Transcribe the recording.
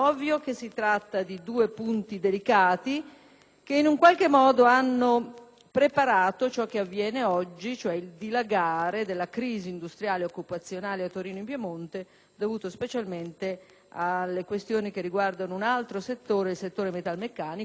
che in qualche modo hanno preparato ciò che avviene oggi, cioè il dilagare della crisi industriale e occupazionale a Torino e in Piemonte dovuto specialmente alle questioni che riguardano un altro settore, quello metalmeccanico. Segnalo, dunque, due punti di crisi